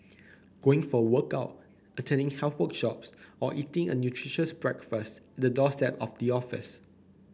going for a workout attending health workshops or eating a nutritious breakfast at the doorstep of the office